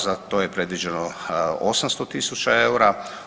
Za to je predviđeno 800 tisuća eura.